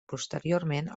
posteriorment